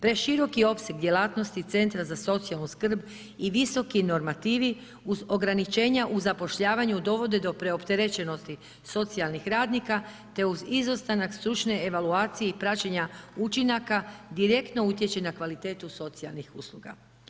Preširok je opseg djelatnosti CZSS-a i visoki normativi uz ograničenja u zapošljavanju dovode do preopterećenosti socijalnih radnika te uz izostanak stručne evaluacije i praćenja učinaka, direktno utječe na kvalitetu socijalnih usluga.